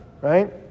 right